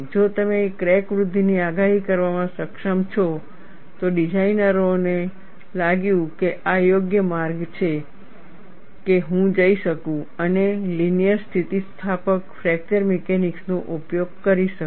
જો તમે ક્રેક વૃદ્ધિની આગાહી કરવામાં સક્ષમ છો તો ડિઝાઇનરોને લાગ્યું કે આ યોગ્ય માર્ગ છે કે હું જઈ શકું અને લિનિયર સ્થિતિસ્થાપક ફ્રેક્ચર મિકેનિક્સનો ઉપયોગ કરી શકું